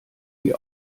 die